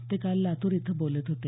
ते काल लातूर इथं बोलत होते